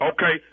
Okay